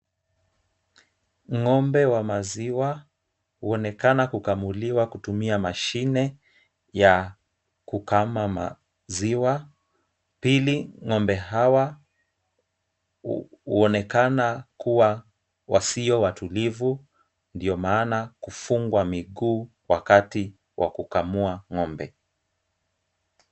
Ng'ombe wa maziwa, huonekana kukamuliwa kutumia mashine ya kukama maziwa. Pili, ng'ombe hawa huonekana kuwa wasio watulivu maana kufungwa miguu wakati wa kukamua ng'ombe.